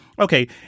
Okay